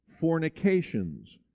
fornications